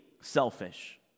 selfish